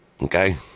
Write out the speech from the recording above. Okay